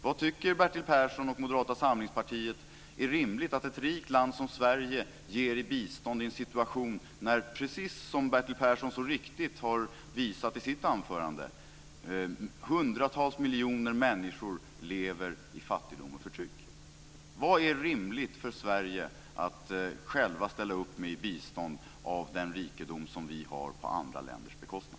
Vad tycker Bertil Persson och Moderata samlingspartiet är rimligt att ett rikt land som Sverige ger i bistånd i en situation när, precis som Bertil Persson så riktigt har visat i sitt anförande, hundratals miljoner människor lever i fattigdom och förtryck? Vad är rimligt för Sverige att ställa upp med i bistånd av den rikedom som vi i Sverige har på andra länders bekostnad?